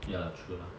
ya lah true lah